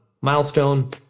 milestone